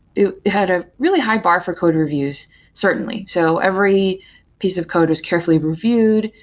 it had a really high bar for code reviews certainly. so every piece of code was carefully reviewed,